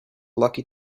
lucky